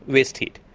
waste heat.